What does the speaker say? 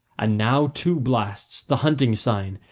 and now two blasts, the hunting sign,